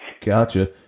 Gotcha